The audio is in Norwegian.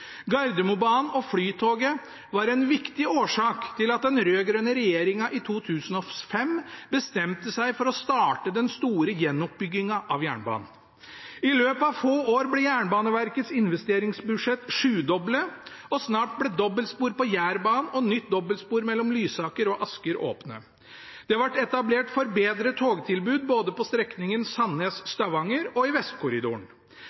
Gardermobanen og Flytoget var en viktig årsak til at den rød-grønne regjeringen i 2005 bestemte seg for å starte den store gjenoppbyggingen av jernbanen. I løpet av få år ble Jernbaneverkets investeringsbudsjett sjudoblet, og snart ble dobbeltspor på Jærbanen og nytt dobbeltspor mellom Lysaker og Asker åpnet. Det ble etablert et forbedret togtilbud både på strekningen Sandnes–Stavanger og i Vestkorridoren.